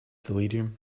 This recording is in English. delirium